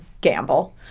Gamble